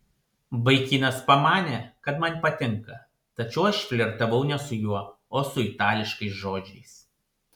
vaikinas pamanė kad man patinka tačiau aš flirtavau ne su juo o su itališkais žodžiais